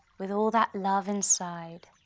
with all that love inside,